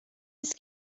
است